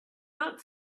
not